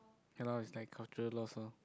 ya lor it's like cultural loss lor